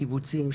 קיבוצים,